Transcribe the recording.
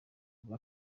biba